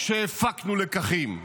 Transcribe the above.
שהפקנו לקחים.